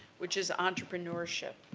which is entrepreneurship.